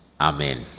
Amen